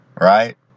Right